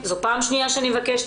זו פעם שנייה שאני מבקשת,